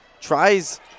tries